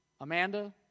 Amanda